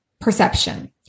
perception